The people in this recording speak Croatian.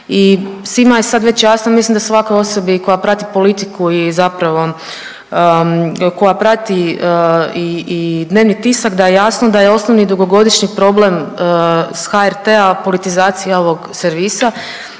i svima je sad već jasno, mislim da svakoj osobi koja prati politiku i zapravo, koja prati i dnevni tisak, da je jasno da je osnovni dugogodišnji problem s HRT-a politizacija ovog servisa